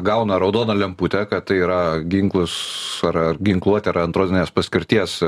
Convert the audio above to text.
gauna raudoną lemputę kad tai yra ginklas ar ar ginkluotė ar antros ne paskirties